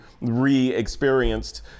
re-experienced